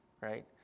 right